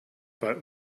but